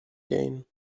gain